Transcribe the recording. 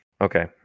Okay